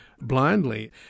blindly